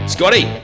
Scotty